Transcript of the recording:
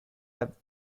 have